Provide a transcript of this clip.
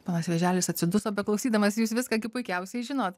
ponas vėželis atsiduso beklausydamas jūs viską gi puikiausiai žinot